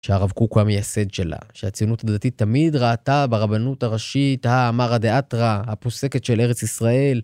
שהרב קוק הוא המייסד שלה, שהציונות הדתית תמיד ראתה ברבנות הראשית, המרא דאתרא, הפוסקת של ארץ ישראל.